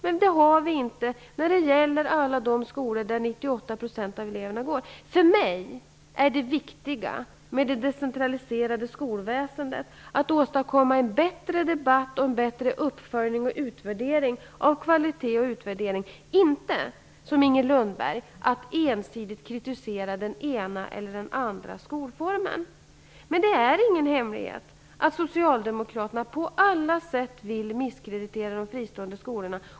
Men det har vi inte möjlighet till när det gäller alla de skolor där För mig är det viktigt att med hjälp av det decentraliserade skolväsendet skapa en bättre debatt, uppföljning och utvärdering av kvalitet. Det är inte fråga om att -- som Inger Lundberg gör -- ensidigt kritisera den ena eller den andra skolformen. Men det är ingen hemlighet att Socialdemokraterna på alla sätt vill misskreditera de fristående skolorna.